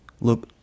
Look